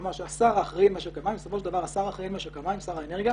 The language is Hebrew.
כלומר, השר האחראי על משק המים, שר האנרגיה.